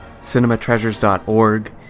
Cinematreasures.org